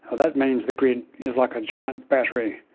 ah that means the grid is like a giant battery.